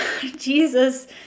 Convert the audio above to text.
Jesus